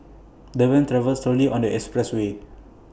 the van travelled slowly on the expressway